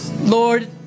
Lord